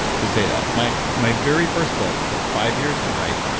to say that my my very first book took five years to write.